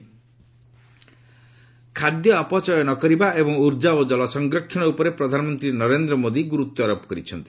PM Dussehra ଖାଦ୍ୟ ଅପଚୟ ନ କରିବା ଏବଂ ଉର୍ଜା ଓ ଜଳ ସଂରକ୍ଷଣ ଉପରେ ପ୍ରଧାନମନ୍ତ୍ରୀ ନରେନ୍ଦ୍ର ମୋଦି ଗୁରୁତ୍ୱାରୋପ କରିଛନ୍ତି